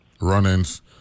run-ins